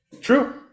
True